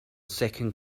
second